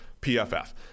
PFF